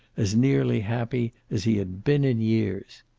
as nearly happy as he had been in years.